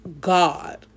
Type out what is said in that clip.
God